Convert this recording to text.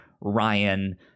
Ryan